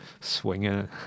swinging